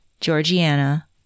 Georgiana